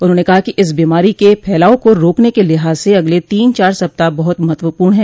उन्होंने कहा कि इस बीमारी के फैलाव को रोकने के लिहाज से अगले तीन चार सप्ताह बहुत महत्वपूर्ण हैं